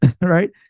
right